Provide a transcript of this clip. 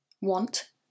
want